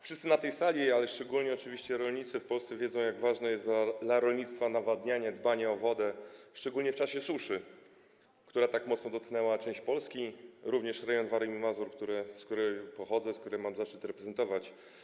Wszyscy na tej sali wiedzą, szczególnie oczywiście rolnicy w Polsce, jak ważne jest dla rolnictwa nawadnianie, dbanie o wodę, szczególnie w czasie suszy, która tak mocno dotknęła część Polski, również rejon Warmii i Mazur, z którego pochodzę, który mam zaszczyt reprezentować.